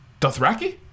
dothraki